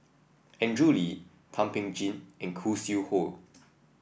Andrew Lee Thum Ping Tjin and Khoo Sui Hoe